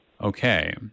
Okay